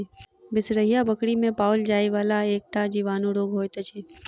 बिसरहिया बकरी मे पाओल जाइ वला एकटा जीवाणु रोग होइत अछि